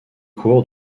cours